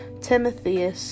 Timothy